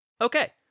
Okay